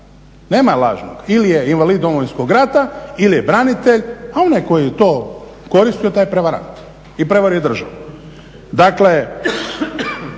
Nema lažnog, ili je invalid Domovinskog rata ili je branitelj, a onaj koji je to koristio taj je prevarant i prevario je državu.